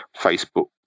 facebook